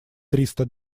триста